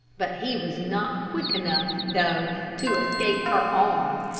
but he was not quick enough though to escape her arm.